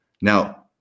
Now